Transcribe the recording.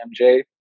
mj